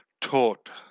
taught